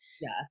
Yes